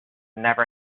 never